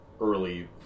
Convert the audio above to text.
early